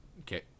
Okay